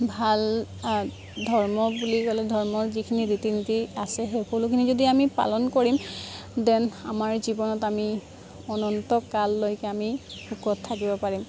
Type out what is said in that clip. ভাল ধৰ্ম বুলি ক'লে ধৰ্মৰ যিখিনি ৰীতি নীতি আছে সকলোখিনি যদি আমি পালন কৰিম দ্যেন আমাৰ জীৱনত আমি অনন্ত কাললৈকে আমি সুখত থাকিব পাৰিম